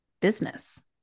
business